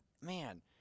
man